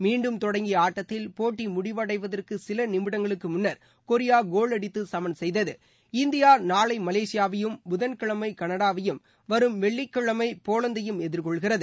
மீண்டும் தொடங்கிய ஆட்டத்தில் போட்டி முடிவடைவதற்கு சில நிமிடங்களுக்கு முன்னர் கொரியா கோல் அடித்து சமன் செய்தது இந்தியா நாளை மலேசியாவையும் புதன்கிழமை கனடாவையும் வரும் வெள்ளிக்கிழமை போலந்தையும் எதிர்கொள்கிறது